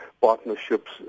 partnerships